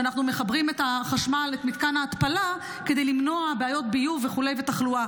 שאנחנו מחברים לחשמל את מתקן ההתפלה כדי למנוע בעיות ביוב ותחלואה